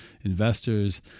investors